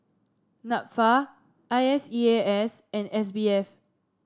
NAFA I S E A S and S B F